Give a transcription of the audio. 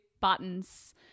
buttons